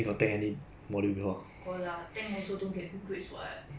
so like 有时候 I just thinking lah what for I put in so much effort then 我的 grades like